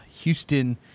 Houston